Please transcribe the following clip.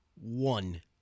One